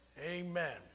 amen